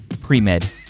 Pre-Med